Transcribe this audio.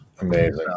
Amazing